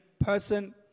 person